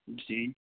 جی